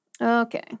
Okay